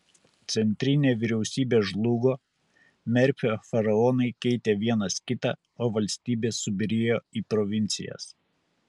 centrinė vyriausybė žlugo merfio faraonai keitė vienas kitą o valstybė subyrėjo į provincijas